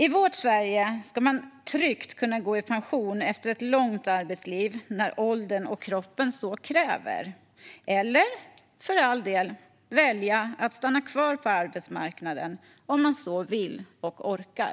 I vårt Sverige ska man tryggt kunna gå i pension efter ett långt arbetsliv när åldern och kroppen så kräver - eller, för all del, välja att stanna kvar på arbetsmarknaden om man så vill och orkar.